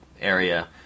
area